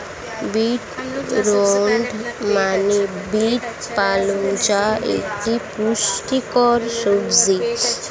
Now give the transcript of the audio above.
beet root মানে beet পালং যা একটি পুষ্টিকর সবজি